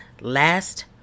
last